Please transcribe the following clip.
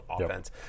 offense